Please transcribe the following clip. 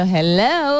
Hello